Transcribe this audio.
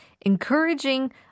encouraging